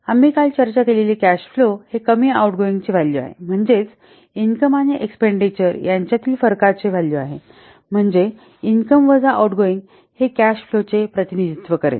आम्ही काल चर्चा केलेली कॅश फ्लो हे कमी आउटगोइंगचे व्हॅल्यूआहे म्हणजे इनकम आणि एक्सपेंडिचर यांच्यातील फरकाचे व्हॅल्यूआहे म्हणजे इनकम वजा आउटगोइंग हे कॅश फ्लो चे प्रतिनिधित्व करेल